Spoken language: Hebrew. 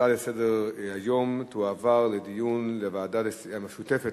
ההצעה להעביר את הנושא לוועדה המשותפת